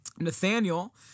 Nathaniel